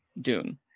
dune